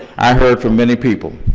i heard from many people.